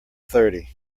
thirty